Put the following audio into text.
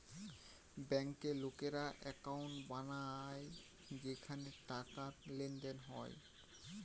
বেঙ্কে লোকেরা একাউন্ট বানায় যেখানে টাকার লেনদেন হয়